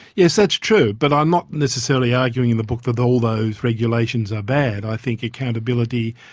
yes, that's true. but i'm not necessarily arguing in the book that all those regulations are bad. i think accountability,